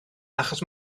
achos